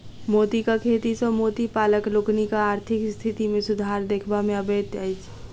मोतीक खेती सॅ मोती पालक लोकनिक आर्थिक स्थिति मे सुधार देखबा मे अबैत अछि